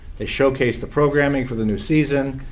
they showcase the programming for the new season.